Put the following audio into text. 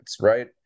right